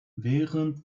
während